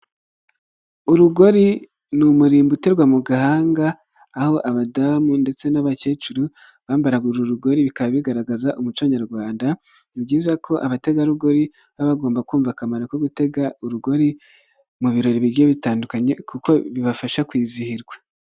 Urugori ni umurimbo uterwa mu gahanga aho abadamu ndetse n'abakecuru bambaraga uru rugori bikaba bigaragaza umuco nyarwanda, ni byiza ko abategarugori baba bagomba kumva akamaro ko gutega urugori mu birori bigiye bitandukanye kuko bibafasha kwizihirwa.